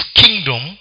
kingdom